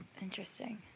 Interesting